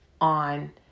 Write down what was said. on